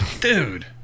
dude